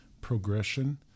progression